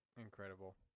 incredible